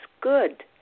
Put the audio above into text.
good